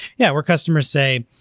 yeah, where customers say,